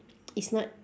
it's not